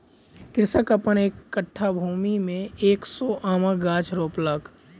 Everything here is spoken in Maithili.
कृषक अपन एक कट्ठा भूमि में एक सौ आमक गाछ रोपलक